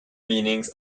meanings